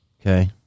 okay